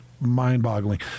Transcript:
mind-boggling